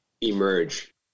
emerge